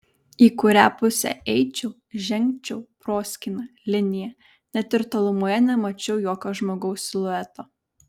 į kurią pusę eičiau žengčiau proskyna linija net ir tolumoje nemačiau jokio žmogaus silueto